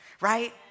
right